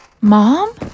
Mom